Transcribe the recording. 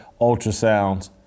ultrasounds